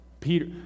Peter